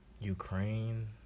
Ukraine